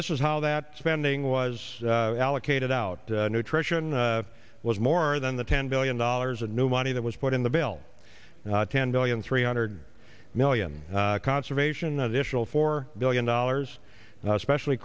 this is how that spending was allocated out nutrition was more than the ten billion dollars of new money that was put in the bill ten billion three hundred million conservation additional four billion dollars now especially